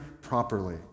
properly